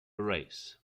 race